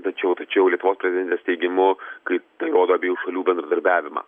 tačiau tačiau lietuvos prezidentės teigimu kaip tai rodo abiejų šalių bendradarbiavimą